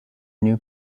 new